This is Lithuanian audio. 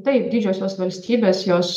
taip didžiosios valstybės jos